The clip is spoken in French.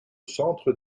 centre